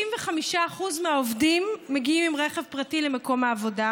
65% מהעובדים מגיעים עם רכב פרטי למקום העבודה,